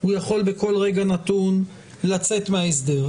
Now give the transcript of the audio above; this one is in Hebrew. הוא יכול בכל רגע נתון לצאת מההסדר.